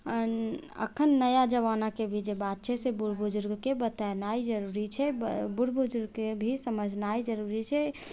एखन नया जमानाके भी जे बात छै से बुढ़ बुजुर्गके बतेनाइ जरुरी छै बुढ़ बुजुर्गके भी समझनाइ जरुरी छै